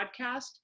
podcast